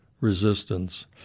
resistance